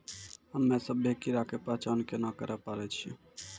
हम्मे सभ्भे कीड़ा के पहचान केना करे पाड़ै छियै?